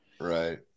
Right